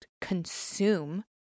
consume